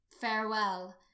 Farewell